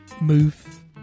Move